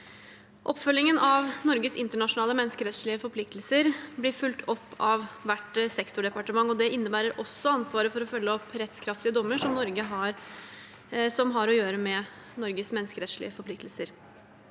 Oppfølgingen av Norges internasjonale menneskerettslige forpliktelser blir fulgt opp av hvert sektordepartement. Det innebærer også ansvaret for å følge opp rettskraftige dommer som har å gjøre med Norges menneskerettslige forpliktelser.